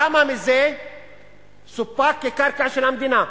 כמה מזה סופק כקרקע של המדינה?